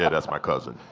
yeah that's my cousin.